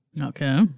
Okay